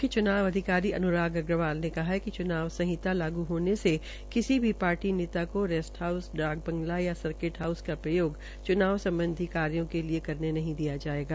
मुख्य चुनाव अधिकारी अनुराग अग्रवाल ने कहा है कि चुनाव संहिता लागू होने से किसी भी शार्टी नेता को रेस्ट हाऊस डाक बंगला या सर्कट हाऊस का प्रयोग चूनाव सम्बधी काम के लिए करने नहीं दिया जायेगा